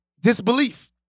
Disbelief